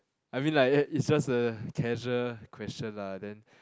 I mean like eh it's just a casual question lah then